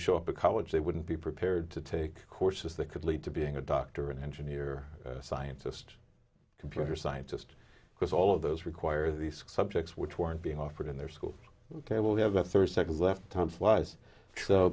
show up a college they wouldn't be prepared to take courses that could lead to being a doctor or an engineer scientist computer scientist because all of those require these subjects which weren't being offered in their school they will have a thirty seconds left time flies so